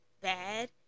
bad